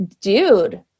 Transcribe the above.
dude